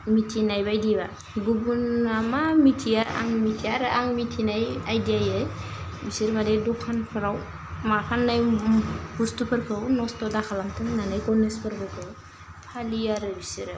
मिथिनाय बायदिबा गुबुना मा मिथिया आं मिथिया आरो आं मिथिनाय आयदियायै बिसोर मानि दखानफ्राव मा फान्नाय बुस्टुफोरखौ नस्थ' दाखालामथों होन्नानै गणेश फोरबोखौ फालियो आरो बिसोरो